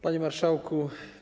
Panie Marszałku!